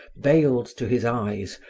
veiled to his eyes,